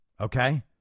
okay